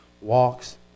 walks